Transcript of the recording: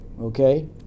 Okay